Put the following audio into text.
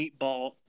meatball